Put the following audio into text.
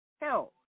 help